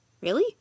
Really